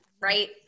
right